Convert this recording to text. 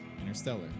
Interstellar